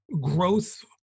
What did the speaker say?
Growth